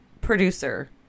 producer